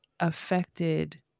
affected